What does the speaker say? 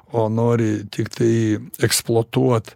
o nori tiktai eksploatuot